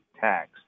tax